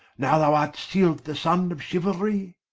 now thou art seal'd the sonne of chiualrie?